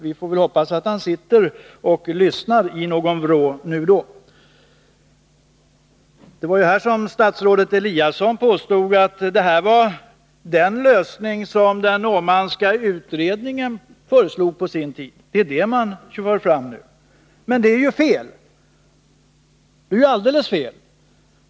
Vi får väl hoppas att han sitter och lyssnar i någon vrå! Statsrådet Eliasson påstod att det nu framlagda förslaget var den lösning som den Åmanska utredningen på sin tid föreslog. Det är alldeles fel!